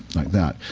like that.